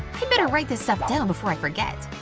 i better write this stuff down before i forget!